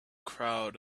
crowd